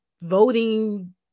voting